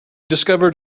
discovered